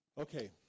Okay